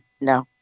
No